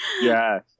Yes